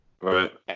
Right